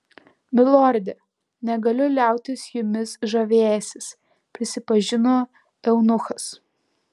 milorde negaliu liautis jumis žavėjęsis prisipažino eunuchas